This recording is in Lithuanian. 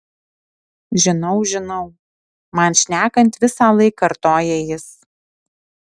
žinau žinau man šnekant visąlaik kartoja jis